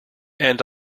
and